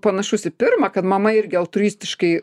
panašus į pirmą kad mama irgi altruistiškai